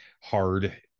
hard